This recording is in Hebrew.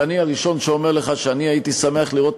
ואני הראשון שאומר לך שאני הייתי שמח לראות